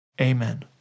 Amen